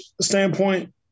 standpoint